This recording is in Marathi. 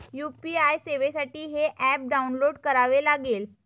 यू.पी.आय सेवेसाठी हे ऍप डाऊनलोड करावे लागेल